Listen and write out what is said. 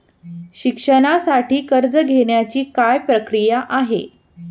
शिक्षणासाठी कर्ज घेण्याची काय प्रक्रिया आहे?